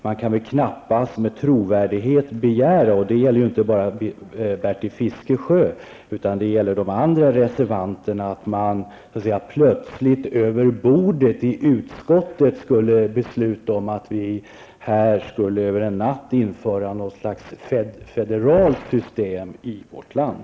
Man kan knappast med någon trovärdighet begära -- och det gäller inte enbart Bertil Fiskesjö, utan även de andra reservanterna -- att man plötsligt över bordet i utskottet skulle besluta om att vi över en natt inför något slags federalt system i vårt land.